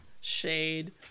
shade